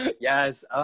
Yes